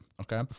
Okay